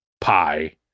pie